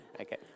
okay